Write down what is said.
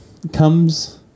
comes